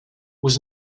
was